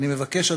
אני מבקש,